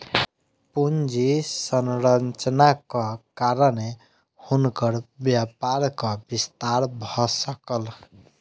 पूंजी संरचनाक कारणेँ हुनकर व्यापारक विस्तार भ सकल